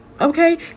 Okay